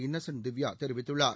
Innocent Divya தெரிவித்துள்ளார்